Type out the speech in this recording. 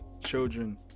children